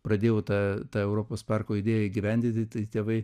pradėjau tą tą europos parko idėją įgyvendinti tai tėvai